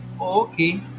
Okay